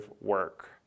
work